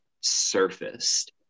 surfaced